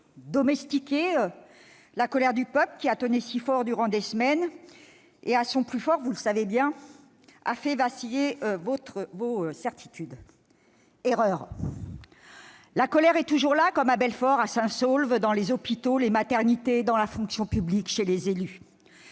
la colère du peuple qui a tonné si fort durant des semaines et, à son apogée, vous le savez bien, a fait vaciller vos certitudes. Erreur ! La colère est toujours là, comme à Belfort, à Saint-Saulve, dans les hôpitaux, les maternités, dans la fonction publique, chez les élus.